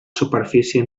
superfície